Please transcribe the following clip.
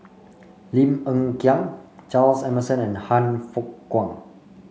Lim Hng Kiang Charles Emmerson and Han Fook Kwang